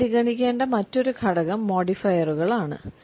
നമ്മൾ പരിഗണിക്കേണ്ട മറ്റൊരു ഘടകം മോഡിഫയറുകളാണ്